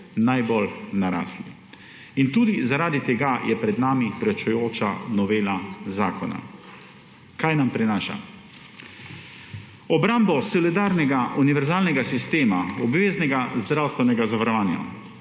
najbolj narasli; in tudi zaradi tega je pred nami pričujoča novela zakona. Kaj nam prinaša? Obrambo solidarnega univerzalnega sistema obveznega zdravstvenega zavarovanja,